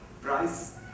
price